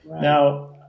Now